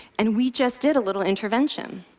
and we just did a little intervention.